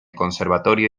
conservatorio